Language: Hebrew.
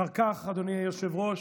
אחר כך, אדוני היושב-ראש,